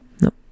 Nope